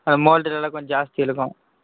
amount நல்லா கொஞ்சம் ஜாஸ்தி இருக்கும்